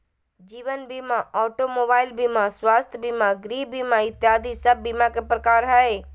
जीवन बीमा, automobile बीमा, स्वास्थ्य बीमा, गृह बीमा इत्यादि सब बीमा के प्रकार हय